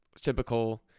typical